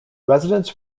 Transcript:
residents